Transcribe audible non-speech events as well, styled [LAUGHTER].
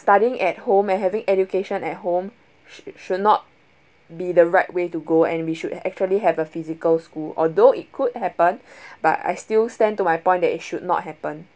studying at home and having education at home sh~ should not be the right way to go and we should actually have a physical school although it could happen [BREATH] but I still stand to my point that it should not happen